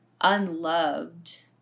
unloved